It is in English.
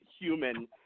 human